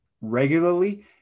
regularly